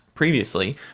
previously